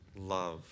love